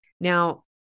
Now